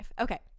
okay